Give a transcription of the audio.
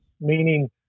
meaning